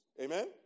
Amen